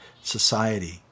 society